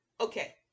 okay